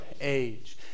age